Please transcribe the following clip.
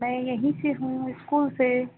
मैं यहीं से हूँ स्कूल से